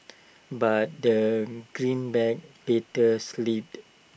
but the greenback later slipped